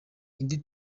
indi